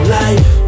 life